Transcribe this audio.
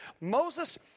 Moses